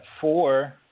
four